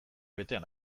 betean